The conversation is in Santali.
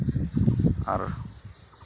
ᱟᱨ